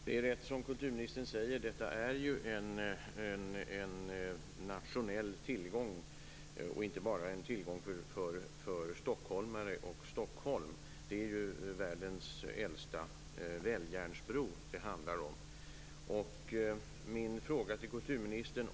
Herr talman! Det är rätt, som kulturministern säger, att detta är en nationell tillgång och inte bara en tillgång för stockholmare och Stockholm. Det är ju världens äldsta välljärnsbro det handlar om.